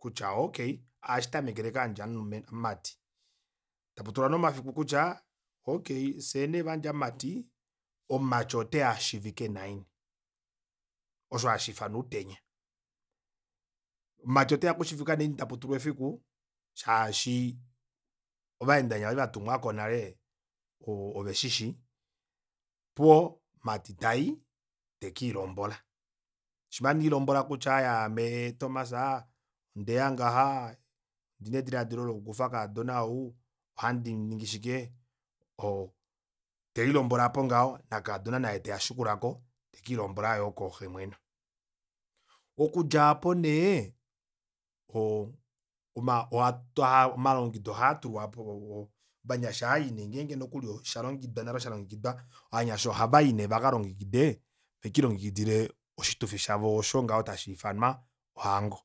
kutya okey ohashitamekele kaandja mulumenhu mumati taputulwa nee omafiku kutya okey fyee nee vandja mumati omumati oteya ashiivike naini osho hashuufanwa outenya omumati oteya okushiivika naini taputulwa efiku shaashi ovaenda venya vali vatumwako nale oo oveshishi opuwo omumati tai tekelilombola shima nee elilombola tati aame tomas ondeya ngaha ondina edilaadilo lokukufa kaadona ou ohandi ningi shike telilombola aapo ngaho nakaadona naye tashikulako tekilombola yoo kooxemweno okudjaapo nee omalongekido ohaatulwapo ovanyasha ohai nee ngeenge nokuli oshalongekidwa nale shalongekidwa ovanyasha ohavai nee vakalongekide vekiilongekidile oshitufi shavo oosho ngaho tashiifanwa ohango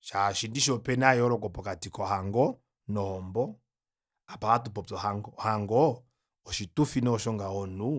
shaashi ndishi opena eyooloko pokati kohango nohombo apa ohatupopi ohango, ohango oshitufi nee osho ngaho omunhu